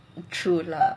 true lah